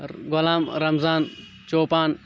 Ghulam Ramzan Chopan